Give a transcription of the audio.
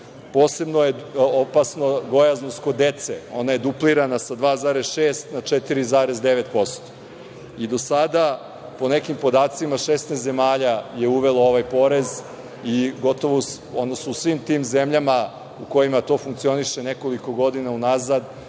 je opasna gojaznost kod dece. Ona je duplirana sa 2,6 na 4,9%, i do sada po nekim podacima 16 zemalja je uvelo ovaj porez, odnosno u svim tim zemljama u kojima to funkcioniše nekoliko godina unazad,